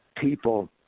people